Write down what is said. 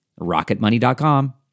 Rocketmoney.com